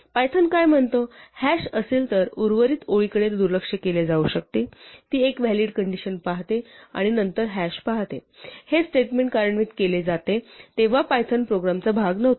Python काय म्हणतो hash असेल तर उर्वरित ओळीकडे दुर्लक्ष केले जाऊ शकते ती एक व्हॅलिड कंडिशन पाहते आणि नंतर हॅश पाहते हे स्टेटमेंट कार्यान्वित केले जाते तेव्हा पायथन प्रोग्रामचा भाग नव्हता